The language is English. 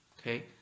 Okay